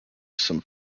some